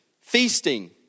feasting